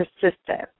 persistent